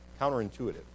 counterintuitive